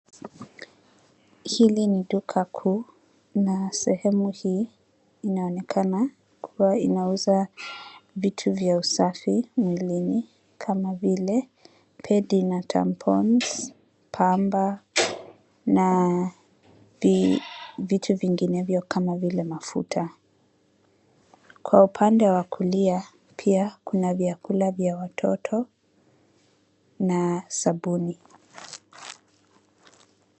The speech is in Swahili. Hili ni duka kuu na sehemu hii inaonekana kuwa inauza vitu vya usafi mwilini kama vile: pads na tampons , pamba na vitu vinginevyo kama vile mafuta. Kwa upande wa kulia pia, kuna vyakula vya watoto na sabuni.